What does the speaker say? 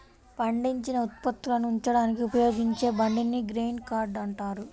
పండించిన ఉత్పత్తులను ఉంచడానికి ఉపయోగించే బండిని గ్రెయిన్ కార్ట్ అంటారు